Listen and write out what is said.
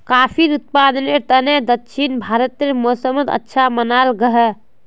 काफिर उत्पादनेर तने दक्षिण भारतेर मौसम अच्छा मनाल गहिये